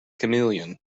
chameleon